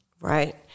Right